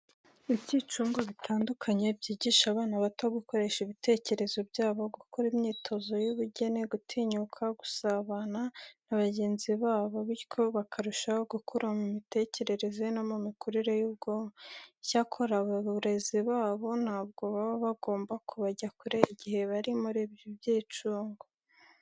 Ibyicungo bitandukanye byigisha abana bato gukoresha ibitekerezo byabo, gukora imyitozo y'ubugeni, gutinyuka gusabana na bagenzi babo bityo bakarushaho gukura mu mitekerereze no mu mikurire y'ubwonko. Icyakora abarezi babo ntabwo baba bagomba kubajya kure igihe bari muri ibi byicungo.